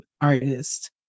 artist